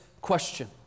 question